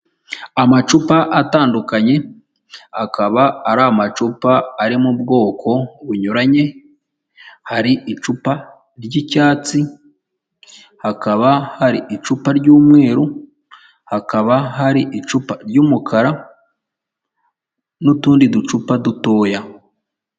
Amacupa atandukanye, akaba ari amacupa ari mu bwoko bunyuranye, hari icupa ry'icyatsi, hakaba hari icupa ry'umweru, hakaba hari icupa ry'umukara n'utundi ducupa dutoya.